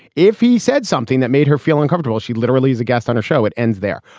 if he said something that made her feel uncomfortable, she literally is a guest on a show. it ends there.